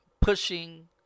pushing